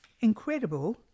incredible